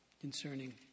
concerning